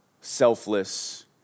selfless